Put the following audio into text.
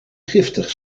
giftig